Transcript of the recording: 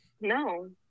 No